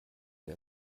wer